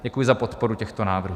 Děkuji za podporu těchto návrhů.